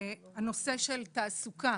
הנושא של תעסוקה,